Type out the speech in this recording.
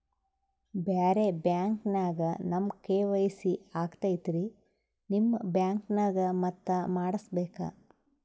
ಬ್ಯಾರೆ ಬ್ಯಾಂಕ ನ್ಯಾಗ ನಮ್ ಕೆ.ವೈ.ಸಿ ಆಗೈತ್ರಿ ನಿಮ್ ಬ್ಯಾಂಕನಾಗ ಮತ್ತ ಮಾಡಸ್ ಬೇಕ?